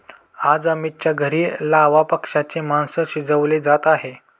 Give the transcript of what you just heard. आज अमितच्या घरी लावा पक्ष्याचे मास शिजवले जात आहे